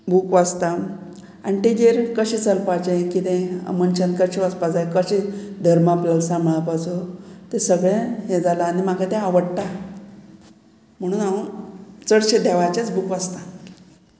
book वाचतां आनी तेजेर कशें चलपाचें किदें मनशान कशें वचपा जाय कशें धर्मा आपलो सांबाळपाचो तें सगळें हें जालां आनी म्हाका तें आवडटा म्हणून हांव चडशें देवाचेच बूक वाचतां